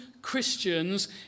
Christians